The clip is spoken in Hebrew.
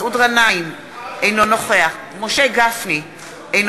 אינו נוכח טלב אבו עראר,